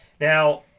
Now